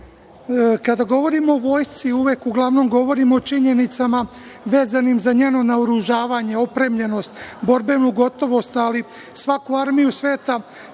govorimo o vojsci, uglavnom govorimo o činjenicama vezanih za njeno naoružavanje, opremljenost, borbenu gotovost, ali svaku armiju sveta